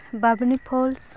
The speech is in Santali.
ᱵᱟᱢᱱᱤ ᱯᱷᱚᱞᱥ